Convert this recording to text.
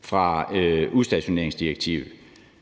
fra udstationeringsdirektivet.